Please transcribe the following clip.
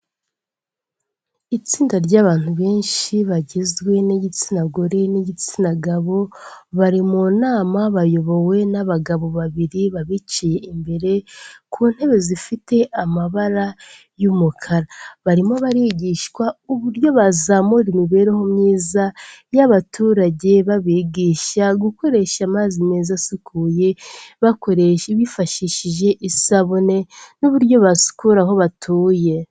Itsinda ry'abantu benshi bagizwe n'igitsina gore n'igitsina gabo, bari mu nama bayobowe n'abagabo babiri babiciye imbere ku ntebe zifite amabara y'umukara. Barimo barigishwa uburyo bazamura imibereho myiza y'abaturage babigisha gukoresha amazi meza asukuye bakoresha bifashishije isabune n'uburyo basukura aho batuye